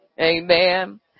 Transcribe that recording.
Amen